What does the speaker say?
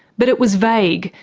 but it was vague,